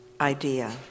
idea